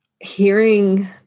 hearing